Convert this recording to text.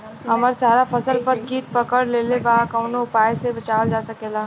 हमर सारा फसल पर कीट पकड़ लेले बा कवनो उपाय से बचावल जा सकेला?